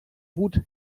wut